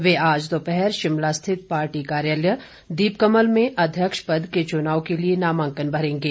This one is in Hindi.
वे आज दोपहर शिमला स्थित पार्टी कार्यालय दीपकमल में अध्यक्ष पद के चुनाव के लिए नामांकन भरेंगे